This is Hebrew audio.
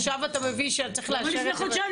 עכשיו אתה מביא שצריך --- למה לפני חודשיים,